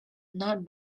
not